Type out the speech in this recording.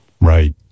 Right